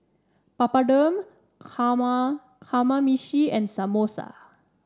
Papadum Kama Kamameshi and Samosa